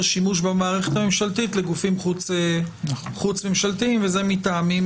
שימוש במערכת הממשלתית לגופים חוץ ממשלתיים וזה מטעמים